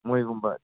ꯃꯣꯏꯒꯨꯝꯕ